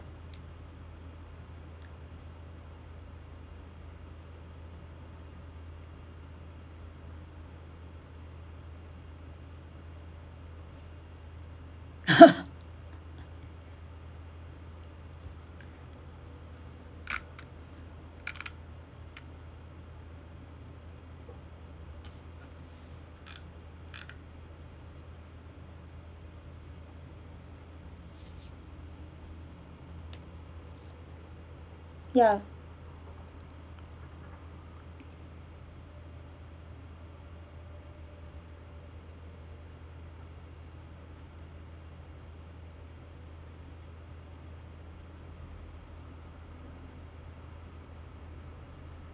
ya